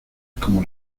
como